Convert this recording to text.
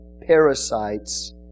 Parasites